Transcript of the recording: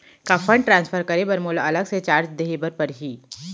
का fund transfer करे बर मोला अलग से चार्ज देहे बर परही?